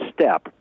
step